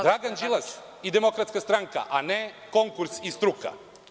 Dragan Đilas i Demokratska stranka, a ne konkurs i struka.